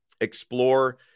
explore